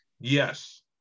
yes